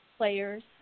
players